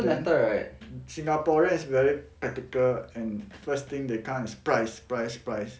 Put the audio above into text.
then singaporean is very particular and first thing they come and price price price